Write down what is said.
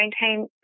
maintain